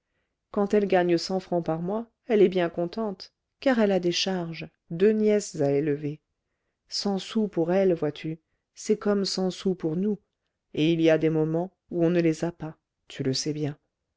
quand elle gagne cent francs par mois elle est bien contente car elle a des charges deux nièces à élever cent sous pour elle vois-tu c'est comme cent sous pour nous et il y a des moments où on ne les a pas tu le sais bien